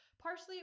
Partially